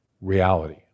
reality